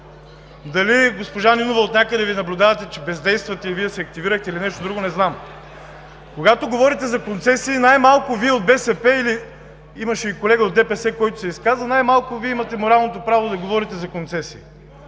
Дали госпожа Нинова отнякъде Ви наблюдава, че бездействате, и Вие се активирахте или нещо друго, не знам. Когато говорите за концесии, най-малко Вие от БСП, имаше и колега от ДПС, който се изказа, най-малко Вие имате моралното право да говорите за концесии!